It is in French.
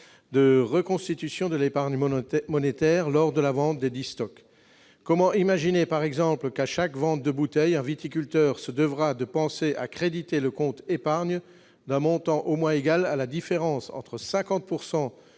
de reconstitution de l'épargne monétaire lors de la vente desdits stocks. Comment imaginer, par exemple, qu'à chaque vente de bouteille, un viticulteur se doive de penser à créditer le compte épargne d'un montant au moins égal à la différence entre 50